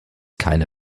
keine